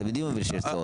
אתם יודעים אבל שיש צורך.